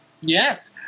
Yes